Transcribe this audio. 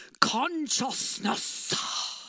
consciousness